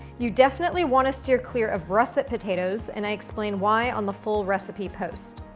you definitely want to stear clear of russet potatoes, and i explain why on the full recipe post.